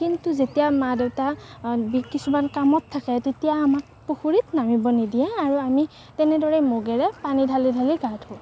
কিন্তু যেতিয়া মা দেউতা কিছুমান কামত থাকে তেতিয়া আমাক পুখুৰীত নামিব নিদিয়ে আৰু আমি তেনেদৰে মগেৰে পানী ঢালি ঢালি গা ধুওঁ